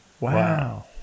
Wow